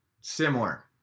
similar